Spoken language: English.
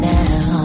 now